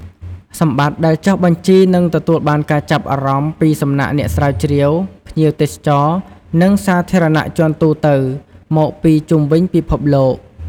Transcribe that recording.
សម្បត្តិដែលចុះបញ្ជីនឹងទទួលបានការចាប់អារម្មណ៍ពីសំណាក់អ្នកស្រាវជ្រាវ ភ្ញៀវទេសចរ និងសាធារណជនទូទៅមកពីជុំវិញពិភពលោក។